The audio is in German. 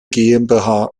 gmbh